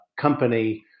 company